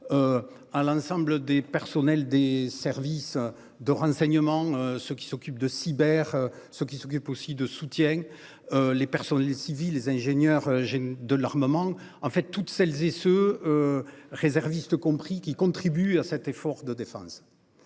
À l'ensemble des personnels des services de renseignement. Ceux qui s'occupe de cyber ceux qui s'occupe aussi de soutien. Les personnes les civils les ingénieurs. J'ai de l'armement en fait toutes celles et ceux. Réservistes compris qui contribuent à cet effort de défense.